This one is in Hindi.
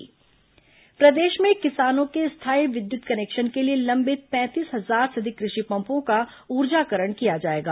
किसान विद्युत कनेक्शन प्रदेश में किसानों के स्थायी विद्युत कनेक्शन के लिए लंबित पैंतीस हजार से अधिक कृषि पम्पों का ऊर्जाकरण किया जाएगा